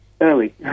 early